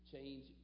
change